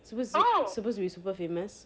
supposed supposed to be super famous